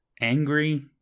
angry